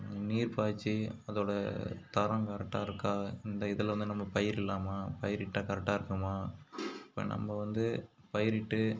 நீர் பாய்ச்சி அதோடய தரம் கரெக்டாக இருக்கா இந்த இதில் வந்து நம்ம பயிரிடலாமா பயிரிட்டால் கரெக்டாக இருக்குமா இப்போ நம்ம வந்து பயிரிட்டு